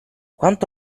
quanto